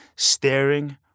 Staring